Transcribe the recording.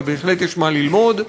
ובהחלט יש מה ללמוד,